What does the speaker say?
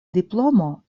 diplomo